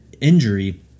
injury